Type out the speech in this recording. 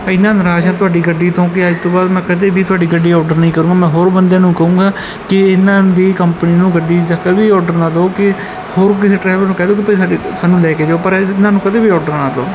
ਇੰਨਾ ਨਾਰਾਜ਼ ਹਾਂ ਤੁਹਾਡੀ ਗੱਡੀ ਤੋਂ ਕਿ ਅੱਜ ਤੋਂ ਬਾਅਦ ਮੈਂ ਕਦੇ ਵੀ ਤੁਹਾਡੀ ਗੱਡੀ ਆਰਡਰ ਨਹੀਂ ਕਰਾਂਗਾ ਮੈਂ ਹੋਰ ਬੰਦਿਆਂ ਨੂੰ ਕਹਾਂਗਾ ਕਿ ਇਹਨਾਂ ਦੀ ਕੰਪਨੀ ਨੂੰ ਗੱਡੀ ਦਾ ਕਦੀ ਔਡਰ ਨਾ ਦਿਓ ਕਿ ਹੋਰ ਕਿਸੇ ਡ੍ਰਾਈਵਰ ਨੂੰ ਕਹਿ ਦਿਓ ਕਿ ਭਾਈ ਸਾਨੂੰ ਲੈ ਕੇ ਜਾਓ ਪਰ ਇਹਨਾਂ ਨੂੰ ਕਦੇ ਵੀ ਔਡਰ ਨਾ ਦਿਓ